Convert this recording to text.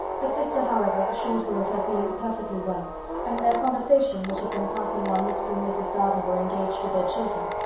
her sister, however, assured her of her being perfectly well and their conversation, which had been passing while mr. and mrs. gardiner were engaged with their children,